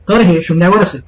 तर हे शून्यावर असेल